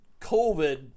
COVID